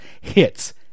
hits